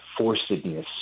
forcedness